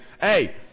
Hey